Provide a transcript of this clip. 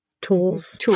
tools